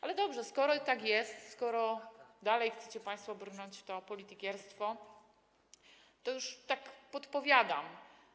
Ale dobrze, skoro tak jest, skoro dalej chcecie państwo brnąć w to politykierstwo, to podpowiadam.